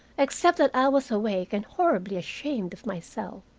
except that i was awake and horribly ashamed of myself.